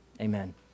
Amen